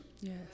Yes